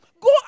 Go